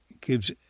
gives